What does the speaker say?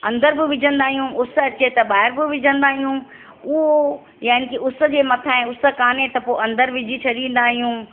अंदर बि विझंदा आहियूं उस अचे त ॿाहिरि बि विझंदा आहियूं उहो यानि की उस जे मथां ए उस कोन्हे त पोइ अंदरु विझी छॾींदा आहियूं